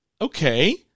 Okay